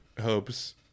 hopes